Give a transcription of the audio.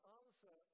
answer